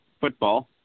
football